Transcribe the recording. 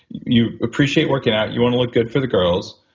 you appreciate working out, you want to look good for the girls,